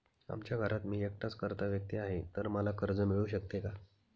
आमच्या घरात मी एकटाच कर्ता व्यक्ती आहे, तर मला कर्ज मिळू शकते का?